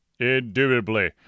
indubitably